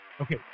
Okay